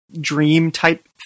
dream-type